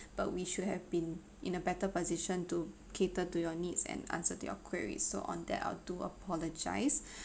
but we should have been in a better position to cater to your needs and answer to your queries so on that I do apologise